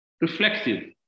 reflective